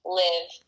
live